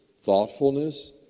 thoughtfulness